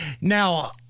now